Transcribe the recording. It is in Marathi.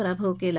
पराभव केला